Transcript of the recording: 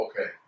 okay